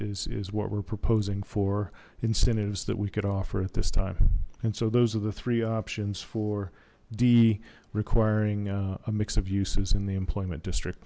is is what we're proposing for incentives that could offer at this time and so those are the three options for d requiring a mix of uses in the employment district